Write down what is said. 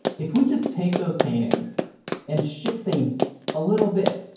if we just take those paintings and shift things a little bit,